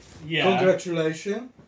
congratulations